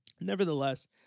nevertheless